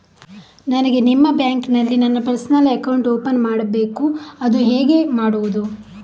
ನನಗೆ ನಿಮ್ಮ ಬ್ಯಾಂಕಿನಲ್ಲಿ ನನ್ನ ಪರ್ಸನಲ್ ಅಕೌಂಟ್ ಓಪನ್ ಮಾಡಬೇಕು ಅದು ಹೇಗೆ ಮಾಡುವುದು?